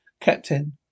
Captain